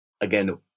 again